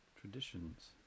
Traditions